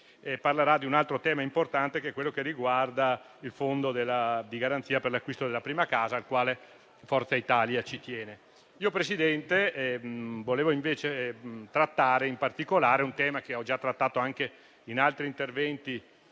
parlerà di un altro tema importante, quello che riguarda il fondo di garanzia per l'acquisto della prima casa, al quale Forza Italia tiene. Signor Presidente, io voglio invece trattare in particolare un tema, che ho già trattato anche in altri interventi